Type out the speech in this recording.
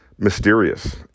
Mysterious